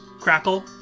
crackle